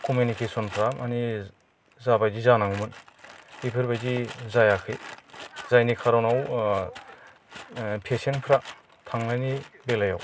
कमिउनिकेसनफ्रा माने जाबायदि जानांगौमोन बेफोरबायदि जायाखै जायनि खारनाव पेसेन्टफ्रा थांनायनि बेलायाव